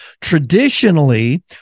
traditionally